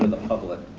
public,